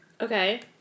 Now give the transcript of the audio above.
Okay